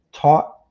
Taught